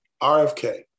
RFK